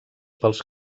pels